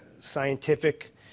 Scientific